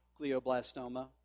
glioblastoma